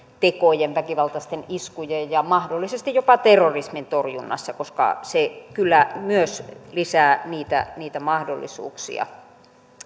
tekojen väkivaltaisten iskujen ja mahdollisesti jopa terrorismin torjunnassa koska se kyllä myös lisää niitä niitä mahdollisuuksia